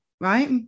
right